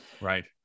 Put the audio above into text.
right